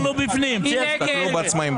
מי נגד?